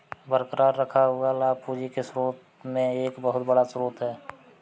बरकरार रखा हुआ लाभ पूंजी के स्रोत में एक बहुत बड़ा स्रोत है